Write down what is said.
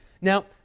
Now